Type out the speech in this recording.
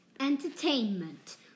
Entertainment